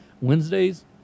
Wednesdays